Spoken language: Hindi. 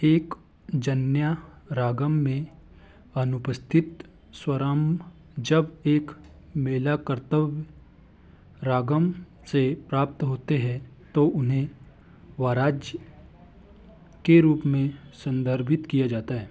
एक जन्या रागम में अनुपस्थित स्वरम जब एक मेलाकर्तव्य रागम से प्राप्त होते हैं तो उन्हें वाराज्य के रूप में संदर्भित किया जाता है